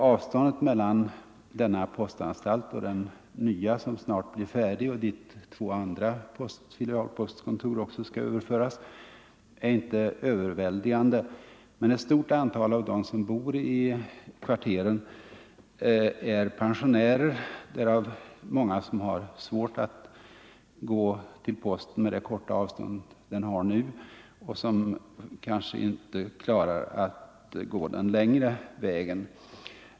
Avståndet mellan denna postanstalt och den nya som snart blir färdig 45 och dit två andra filialpostkontor också skall överföras är inte överväldigande. Men ett stort antal av dem som bor i kvarteren är pensionärer, därav många som har svårt att gå till posten med det korta avstånd man nu har, och de kanske inte klarar att gå den längre vägen.